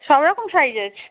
সব রকম সাইজ আছে